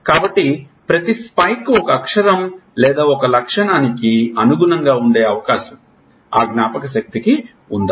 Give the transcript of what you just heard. కాబట్టి ప్రతి స్పైక్ ఒక అక్షరం లేదా ఒక లక్షణానికి అనుగుణంగా ఉండే అవకాశం ఆ జ్ఞాపకశక్తి కి ఉందా